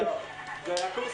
חברים.